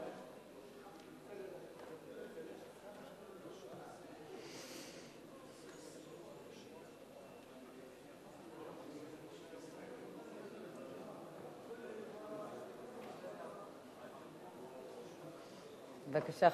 בבקשה,